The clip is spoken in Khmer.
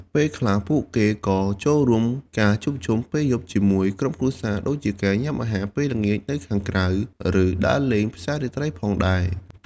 ពេលខ្លះ ពួកគេក៏ចូលរួមការជួបជុំពេលយប់ជាមួយក្រុមគ្រួសារដូចជាការញ៉ាំអាហារពេលល្ងាចនៅខាងក្រៅ ឬដើរលេងផ្សាររាត្រីផងដែរ។